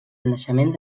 naixement